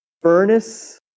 furnace